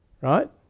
right